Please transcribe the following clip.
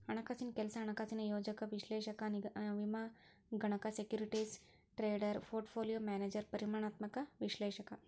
ಹಣಕಾಸಿನ್ ಕೆಲ್ಸ ಹಣಕಾಸಿನ ಯೋಜಕ ವಿಶ್ಲೇಷಕ ವಿಮಾಗಣಕ ಸೆಕ್ಯೂರಿಟೇಸ್ ಟ್ರೇಡರ್ ಪೋರ್ಟ್ಪೋಲಿಯೋ ಮ್ಯಾನೇಜರ್ ಪರಿಮಾಣಾತ್ಮಕ ವಿಶ್ಲೇಷಕ